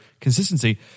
consistency